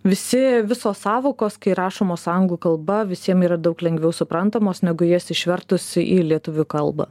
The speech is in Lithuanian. visi visos sąvokos kai rašomos anglų kalba visiem yra daug lengviau suprantamos negu jas išvertus į lietuvių kalbą